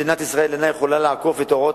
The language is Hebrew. מדינת ישראל אינה יכולה לעקוף את ההוראות